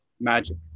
magic